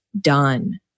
done